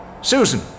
Susan